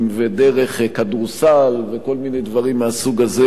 דרך כדורסל וכל מיני דברים מהסוג הזה.